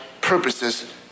purposes